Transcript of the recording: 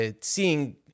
seeing